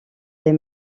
les